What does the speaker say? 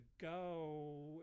go